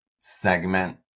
segment